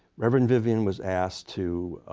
reverend vivian was asked to